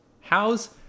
how's